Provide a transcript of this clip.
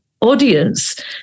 audience